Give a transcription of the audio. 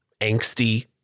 angsty